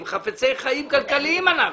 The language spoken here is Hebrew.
אם חפצי חיים כלכליים אנחנו.